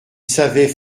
savaient